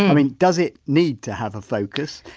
i mean does it need to have a focus,